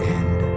end